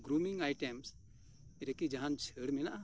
grooming items items ᱨᱮ ᱠᱤ ᱡᱟᱦᱟᱱ ᱪᱷᱟᱹᱲ ᱢᱮᱱᱟᱜᱼᱟ